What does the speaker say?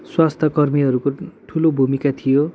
स्वास्थ्य कर्मीहरूको ठुलो भूमिका थियो